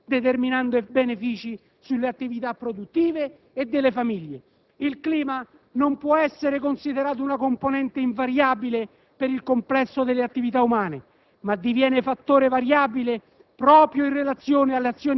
stimolando l'innovazione e la diffusione sul territorio, determinando benefici sulle attività produttive e sulle famiglie. Il clima non può essere considerato una componente invariabile per il complesso delle attività umane,